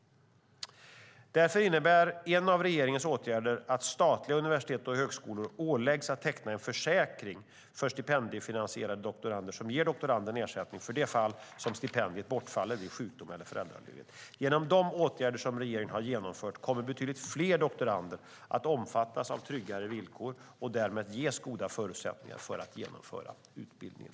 Därför innebär en av regeringens åtgärder att statliga universitet och högskolor åläggs att teckna en försäkring för stipendiefinansierade doktorander som ger doktoranden ersättning för de fall som stipendiet bortfaller vid sjukdom eller föräldraledighet. Genom de åtgärder som regeringen har genomfört kommer betydligt fler doktorander att omfattas av tryggare villkor och därmed ges goda förutsättningar för att genomföra utbildningen.